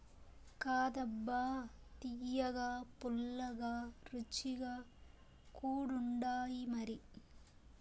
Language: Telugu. కాదబ్బా తియ్యగా, పుల్లగా, రుచిగా కూడుండాయిమరి